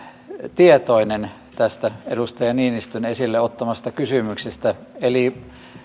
tietoinen tästä edustaja niinistön esille ottamasta kysymyksestä eli